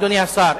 אדוני השר,